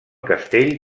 castell